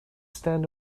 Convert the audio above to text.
stand